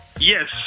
Yes